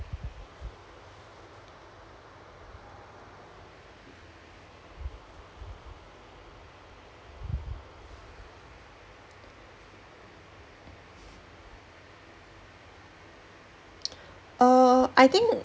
err I think